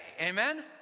amen